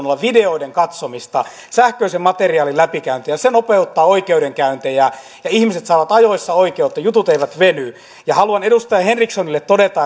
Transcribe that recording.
olla pääosin videoiden katsomista sähköisen materiaalin läpikäyntiä se nopeuttaa oikeudenkäyntejä ja ihmiset saavat ajoissa oikeutta jutut eivät veny ja haluan edustaja henrikssonille todeta